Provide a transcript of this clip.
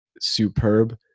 superb